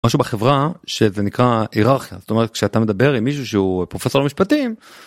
משהו בחברה שזה נקרא הירככיה זאת אומרת שאתה מדבר עם מישהו שהוא פרופסור למשפטים.